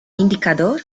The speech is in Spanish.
indicador